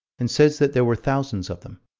and says that there were thousands of them.